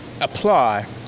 apply